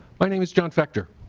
my name is john vector.